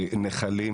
נחלים,